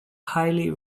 highly